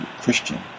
Christian